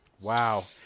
Wow